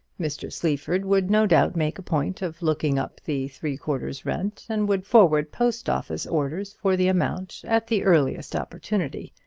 mr. sleaford would no doubt make a point of looking up the three quarter's rent, and would forward post-office orders for the amount at the earliest opportunity.